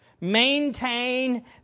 Maintain